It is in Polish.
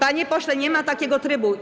Panie pośle, nie ma takiego trybu.